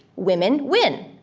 women win.